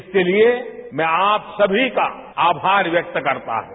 इसके लिए मैं आप सभी का आभार व्यक्त करता हूं